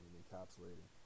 encapsulated